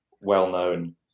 well-known